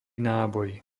náboj